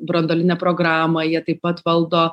branduolinę programą jie taip pat valdo